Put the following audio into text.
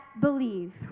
believe